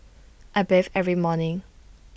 I bathe every morning